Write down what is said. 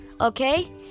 okay